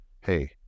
hey